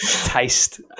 taste